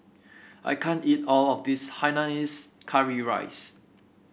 I can't eat all of this Hainanese Curry Rice